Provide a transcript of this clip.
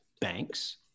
banks